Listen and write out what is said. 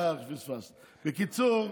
בקיצור,